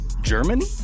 Germany